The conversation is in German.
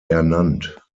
ernannt